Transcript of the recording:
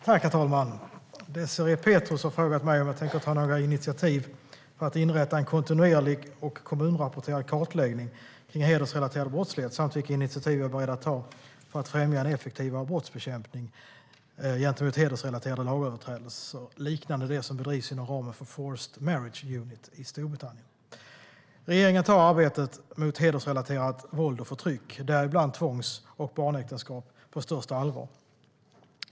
Herr talman! Désirée Pethrus har frågat mig om jag tänker ta några initiativ för att inrätta en kontinuerlig och kommunrapporterad kartläggning kring hedersrelaterad brottslighet samt vilka initiativ jag är beredd att ta för att främja en effektivare brottsbekämpning gentemot hedersrelaterade lagöverträdelser, liknande det som bedrivs inom ramen för Forced Marriage Unit i Storbritannien. Regeringen tar arbetet mot hedersrelaterat våld och förtryck, däribland tvångs och barnäktenskap, på största allvar.